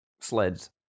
sleds